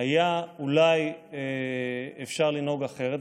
היה אולי אפשר לנהוג אחרת.